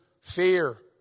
fear